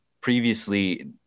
previously